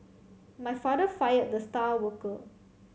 my father fire the star worker